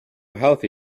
healthy